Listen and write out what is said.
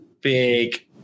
big